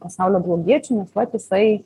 pasaulio blogiečiu nes vat jisai